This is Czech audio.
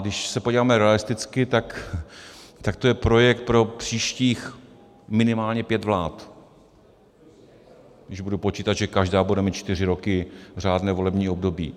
Když se podíváme realisticky, tak to je projekt pro příštích minimálně pět vlád, když budu počítat, že každá bude mít čtyři roky řádné volební období.